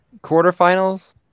quarterfinals